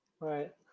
Right